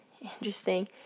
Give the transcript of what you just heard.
interesting